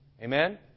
Amen